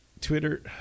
Twitter